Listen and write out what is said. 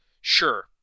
Sure